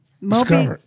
Moby